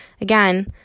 Again